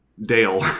Dale